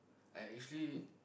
I actually